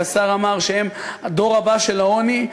שהשר אמר שהם הדור הבא של העוני,